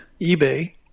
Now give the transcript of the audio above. eBay